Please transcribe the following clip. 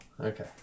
okay